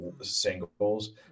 singles